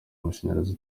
amashanyarazi